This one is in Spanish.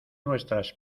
nuestras